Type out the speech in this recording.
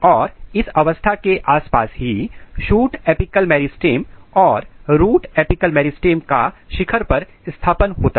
और इस अवस्था के आसपास ही शूट अपिकल मेरिस्टम्स और रूट एपिकल मेरिस्टम्स का शिखर पर स्थापन होता है